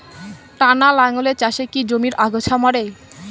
টানা লাঙ্গলের চাষে কি জমির আগাছা মরে?